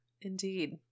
Indeed